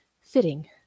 fitting